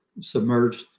submerged